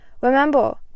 Remember